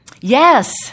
Yes